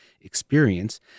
experience